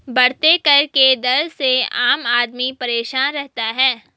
बढ़ते कर के दर से आम आदमी परेशान रहता है